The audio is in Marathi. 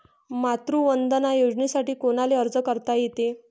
मातृवंदना योजनेसाठी कोनाले अर्ज करता येते?